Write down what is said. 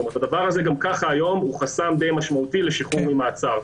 הדבר הזה היום הוא גם ככה חסם די משמעותי לשחרור ממעצר.